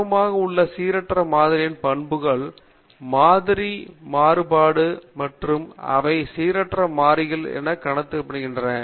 ஆர்வமாக உள்ள சீரற்ற மாதிரியின் பண்புகள் மாதிரி மாறுபாடு மற்றும் அவை சீரற்ற மாறிகள் எனவும் கருதப்படுகின்றன